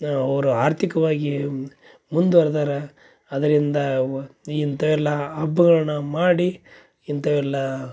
ಅವರು ಆರ್ಥಿಕವಾಗಿ ಮುಂದುವರ್ದಾರ ಅದರಿಂದ ವ ಇಂಥವೆಲ್ಲ ಹಬ್ಬಗಳನ್ನ ಮಾಡಿ ಇಂಥವೆಲ್ಲ